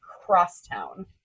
Crosstown